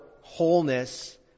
wholeness